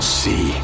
see